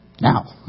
Now